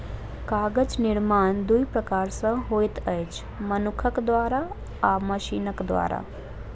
कागज निर्माण दू प्रकार सॅ होइत अछि, मनुखक द्वारा आ मशीनक द्वारा